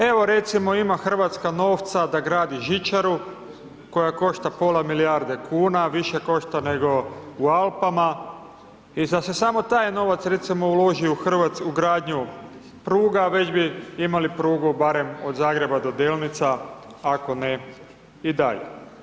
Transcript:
Evo, recimo, ima RH novca da gradi žičaru koja košta pola milijarde kuna, više košta nego u Alpama i da se samo taj novac, recimo, uloži u gradnju pruga već bi imali prugu barem od Zagreba do Delnica, ako ne i dalje.